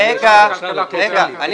רגע, רגע, אחר כך.